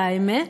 והאמת,